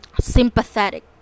sympathetic